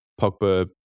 Pogba